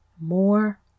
more